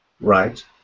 Right